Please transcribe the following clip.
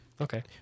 okay